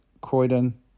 Croydon